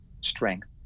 strength